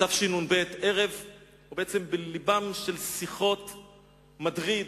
בתשנ"ב, בלבן של שיחות מדריד,